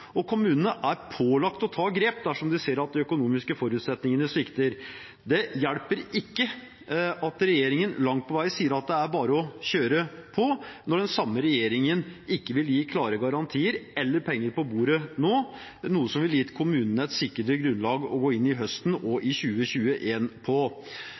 og kommunene er pålagt å ta grep dersom de ser at de økonomiske forutsetningene svikter. Det hjelper ikke at regjeringen langt på vei sier at det er bare å kjøre på, når den samme regjeringen ikke vil gi klare garantier eller penger på bordet nå, noe som ville ha gitt kommunene et sikrere grunnlag å gå inn i høsten og i 2021 på.